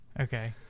Okay